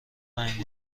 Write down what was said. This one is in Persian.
پنج